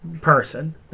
person